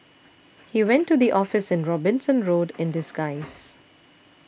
he went to the office in Robinson Road in disguise